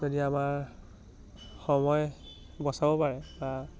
যদি আমাৰ সময় বচাব পাৰে বা